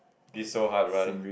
this so hard well